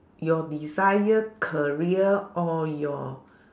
your desire career or your